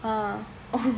ah